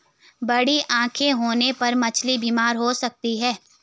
बड़ी आंखें होने पर मछली बीमार हो सकती है